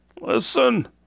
listen